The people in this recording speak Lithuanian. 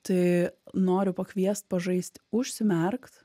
tai noriu pakviest pažaist užsimerkt